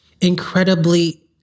incredibly